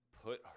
Put